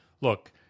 Look